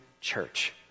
church